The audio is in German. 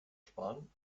sparen